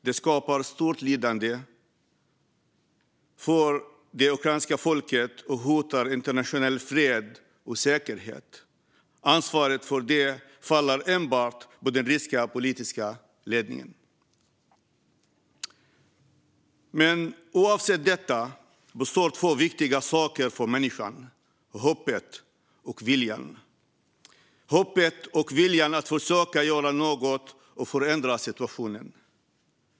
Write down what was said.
Det skapar stort lidande för det ukrainska folket och hotar internationell fred och säkerhet. Ansvaret för detta faller enbart på den ryska politiska ledningen. Men oavsett detta består två viktiga saker för människan: hoppet och viljan att försöka göra något och förändra situationen.